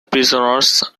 prisoners